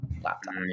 laptop